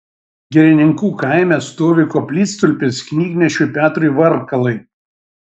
girininkų kaime stovi koplytstulpis knygnešiui petrui varkalai